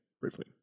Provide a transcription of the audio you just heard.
briefly